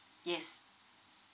yes